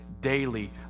daily